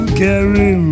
carry